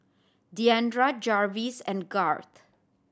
Diandra Jarvis and Garth